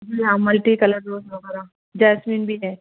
جی ہاں multi colour rose وغیرہ jasmine بھی ہے